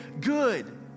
good